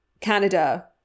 Canada